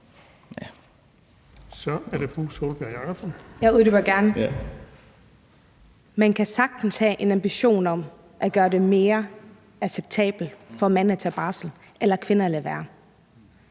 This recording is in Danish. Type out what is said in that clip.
Man kan sagtens have en ambition om at gøre det mere acceptabelt for mænd at tage barsel eller for kvinder at lade være.